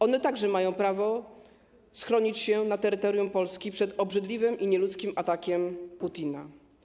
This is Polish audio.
One także mają prawo schronić się na terytorium Polski przed obrzydliwym i nieludzkim atakiem Putina.